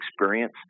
experience